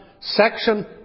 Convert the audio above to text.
section